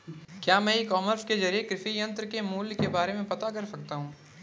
क्या मैं e commerce के ज़रिए कृषि यंत्र के मूल्य के बारे में पता कर सकता हूँ?